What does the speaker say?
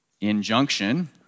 Injunction